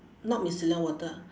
not micellar water